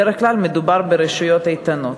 בדרך כלל מדובר ברשויות איתנות.